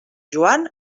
joan